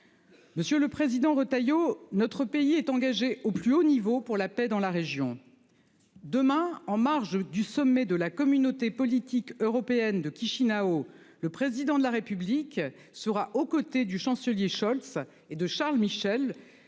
Monsieur le Président, Retailleau. Notre pays est engagé au plus haut niveau pour la paix dans la région. Demain en marge du sommet de la communauté politique européenne de qui. China au le président de la République sera aux côtés du chancelier Scholz et de Charles Michel